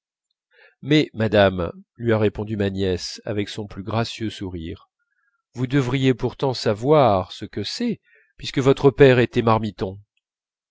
mais madame lui a répondu ma nièce avec son plus gracieux sourire vous devriez pourtant savoir ce que c'est puisque votre père était marmiton